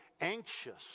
anxious